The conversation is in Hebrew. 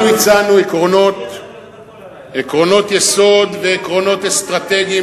אנחנו הצענו עקרונות יסוד ועקרונות אסטרטגיים